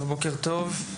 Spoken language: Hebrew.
בוקר טוב,